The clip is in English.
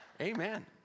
amen